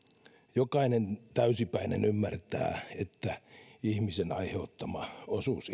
jokainen täysipäinen ymmärtää että ihmisen aiheuttama osuus